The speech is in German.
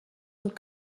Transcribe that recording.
und